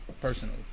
Personally